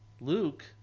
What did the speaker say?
Luke